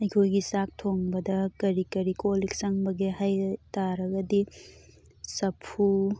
ꯑꯩꯈꯣꯏꯒꯤ ꯆꯥꯛ ꯊꯣꯡꯕꯗ ꯀꯔꯤ ꯀꯔꯤ ꯀꯣꯜ ꯂꯤꯛ ꯆꯪꯕꯒꯦ ꯍꯥꯏ ꯇꯥꯔꯒꯗꯤ ꯆꯞꯐꯨ